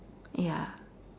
ya